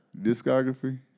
Discography